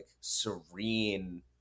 serene